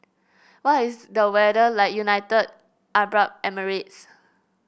what is the weather like in United Arab Emirates